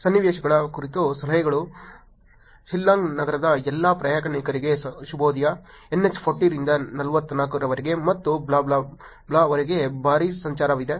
ಸನ್ನಿವೇಶಗಳ ಕುರಿತು ಸಲಹೆಗಳು ಶಿಲ್ಲಾಂಗ್ ನಗರದ ಎಲ್ಲಾ ಪ್ರಯಾಣಿಕರಿಗೆ ಶುಭೋದಯ NH 40 ರಿಂದ 44 ರವರೆಗೆ ಮತ್ತು ಬ್ಲಾ ಬ್ಲಾ ಬ್ಲಾಹ್ ವರೆಗೆ ಭಾರೀ ಸಂಚಾರವಿದೆ